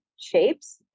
shapes